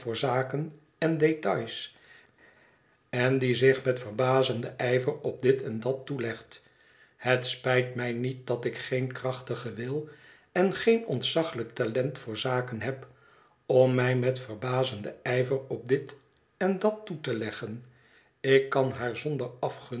zaken en details en die zich met verbazenden ijver op dit en dat toelegt het spijt mij niet dat i k geen krachtigen wil en geen ontzaglijk talent voor zaken heb om mij met verbazenden ijver op dit en dat toe te leggen ik kan haar zonder